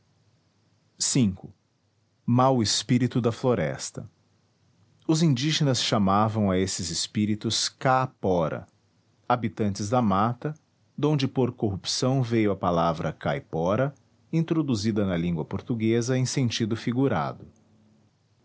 vales v mau espírito da floresta os indígenas chamavam a esses espíritos caa pora habitantes da mata donde por corrupção veio a palavra caipora introduzida na língua portuguesa em sentido figurado